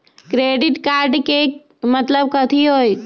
Credit card के मतलब कथी होई?